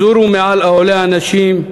סורו מעל אוהלי האנשים,